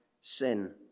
sin